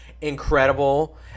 incredible